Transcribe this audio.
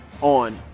on